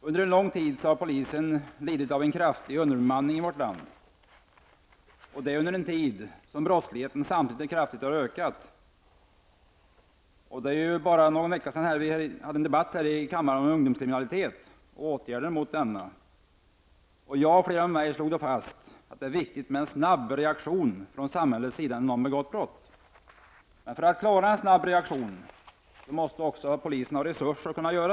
Under en lång tid har polisen i vårt land lidit av en kraftig underbemanning -- detta under en tid när brottsligheten samtidigt har ökat kraftigt. Det är ju bara någon vecka sedan vi hade en debatt här i kammaren om ungdomskriminalitet och åtgärder mot denna. Jag, och flera med mig, slog då fast att det är viktigt med en snabb reaktion från samhällets sida när någon har begått brott. För att klara en snabb reaktion måste också polisen ha resurser.